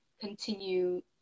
continue